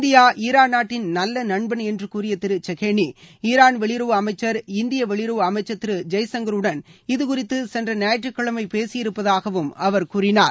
India Iran நாட்டின் நல்ல நன்பன் என்று கூறிய திரு சேகேனி ஈரான் வெளியுறவு அமைச்சர் இந்திய வெளியுறவு அமைச்சர் திரு ஜெய்சங்கருடன் இது குறித்து சென்ற ஞாயீற்றுக்கிழமை பேசியிருப்பதாகவும் அவர் கூறினார்